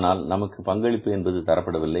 ஆனால் நமக்கு பங்களிப்பு என்பது தரப்படவில்லை